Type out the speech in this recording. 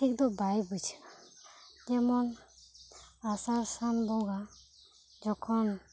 ᱴᱷᱤᱠ ᱫᱚ ᱵᱟᱭ ᱵᱩᱡᱷᱟᱹᱜᱼᱟ ᱡᱮᱢᱚᱱ ᱟᱥᱟᱲ ᱥᱟᱱ ᱵᱚᱸᱜᱟ ᱡᱚᱠᱷᱚᱱ